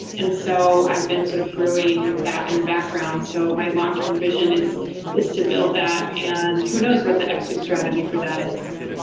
and so i've been sort of brewing that in the background. so my long-term vision is is to build that and who knows what the exit strategy for that is.